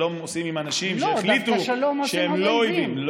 שלום עושים עם אנשים שהחליטו שהם לא אויבים.